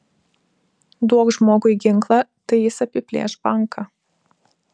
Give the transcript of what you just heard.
duok žmogui ginklą tai jis apiplėš banką